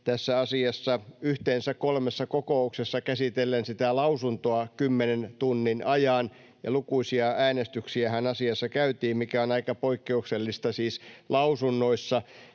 sitä lausuntoa yhteensä kolmessa kokouksessa kymmenen tunnin ajan — ja lukuisia äänestyksiähän asiassa käytiin, mikä on siis aika poikkeuksellista lausunnoissa.